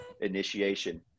initiation